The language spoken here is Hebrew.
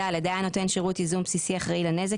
(ד) היה נותן שירות ייזום בסיסי אחראי לנזק,